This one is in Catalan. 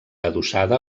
adossada